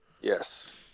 Yes